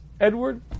Edward